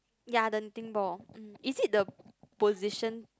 ya the thing ball is it the position